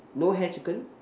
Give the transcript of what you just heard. no hair chicken